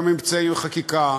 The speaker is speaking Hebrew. גם אמצעי חקיקה,